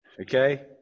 okay